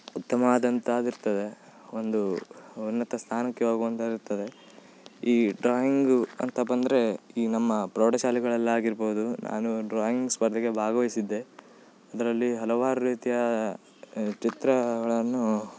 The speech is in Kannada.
ಉತ್ತಮವಾದಂಥ ಆಗಿರ್ತದೆ ಒಂದು ಉನ್ನತ ಸ್ಥಾನಕ್ಕೆ ಹೋಗುವಂತದ್ ಇರ್ತದೆ ಈ ಡ್ರಾಯಿಂಗು ಅಂತ ಬಂದರೆ ಈ ನಮ್ಮ ಪ್ರೌಢಶಾಲೆಗಳಲ್ಲಿ ಆಗಿರ್ಬೋದು ನಾನು ಡ್ರಾಯಿಂಗ್ ಸ್ಪರ್ಧೆಗೆ ಭಾಗವಹಿಸಿದ್ದೆ ಅದರಲ್ಲಿ ಹಲವಾರು ರೀತಿಯ ಚಿತ್ರಗಳನ್ನು